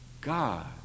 God